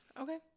Okay